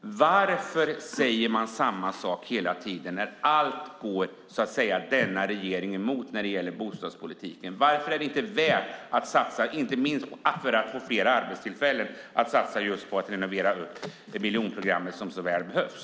varför man säger samma sak hela tiden när allt går denna regering emot vad gäller bostadspolitiken. Varför är det inte värt att satsa mer, inte minst för att skapa fler arbetstillfällen, på att renovera miljonprogrammet, vilket så väl behövs?